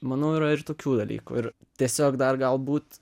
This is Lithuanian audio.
manau yra ir tokių dalykų ir tiesiog dar galbūt